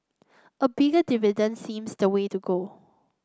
a bigger dividend seems the way to go